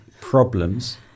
problems